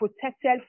protected